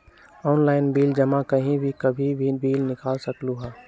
Online bill जमा कहीं भी कभी भी बिल निकाल सकलहु ह?